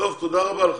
תודה רבה לך.